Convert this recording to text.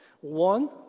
One